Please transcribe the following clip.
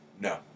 No